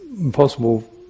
impossible